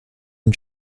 and